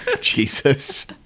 Jesus